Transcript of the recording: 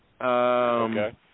Okay